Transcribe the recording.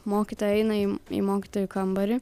mokytoja eina į į mokytojų kambarį